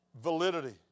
validity